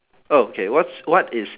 oh K what's what is